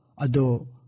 Ado